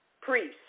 priests